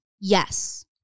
yes